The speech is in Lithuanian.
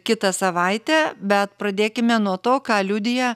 kitą savaitę bet pradėkime nuo to ką liudija